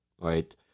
Right